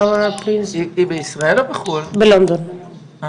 והראית לי וידיאו וקצת אינפורמציה על איך